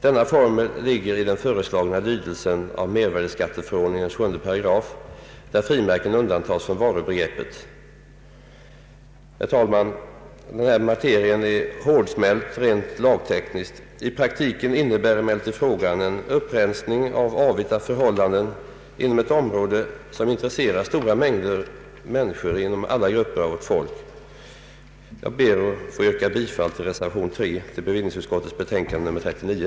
Denna formel ligger i den föreslagna lydelsen av mervärdeskatteförordningens 7 §, där frimärken undantages från varubegreppet. Herr talman! Denna materia är hårdsmält rent lagtekniskt. I praktiken innebär emellertid frågan en upprensning av avvita förhållanden inom ett område som intresserar stora mängder människor inom alla grupper av vårt folk. Jag ber att få yrka bifall till reservation 3 vid bevillningsutskottets betänkande nr 39.